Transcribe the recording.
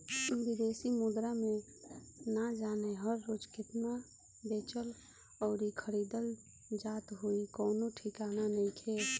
बिदेशी मुद्रा बाजार में ना जाने हर रोज़ केतना बेचल अउरी खरीदल जात होइ कवनो ठिकाना नइखे